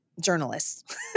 journalists